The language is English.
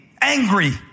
angry